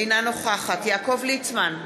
אינה נוכחת יעקב ליצמן,